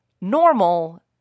Normal